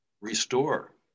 restore